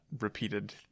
repeated